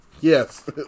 Yes